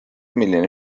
milline